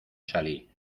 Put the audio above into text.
salí